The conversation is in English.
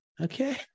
Okay